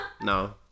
No